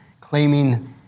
claiming